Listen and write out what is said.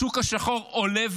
השוק השחור עולה ועולה,